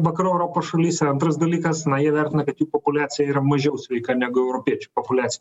vakarų europos šalyse antras dalykas na jie vertina kad jų populiacija yra mažiau sveika negu europiečių populiacija